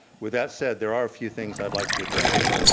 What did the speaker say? with that said, there are a few things i'd like to address.